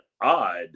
odd